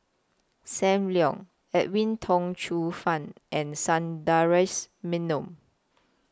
SAM Leong Edwin Tong Chun Fai and Sundaresh Menon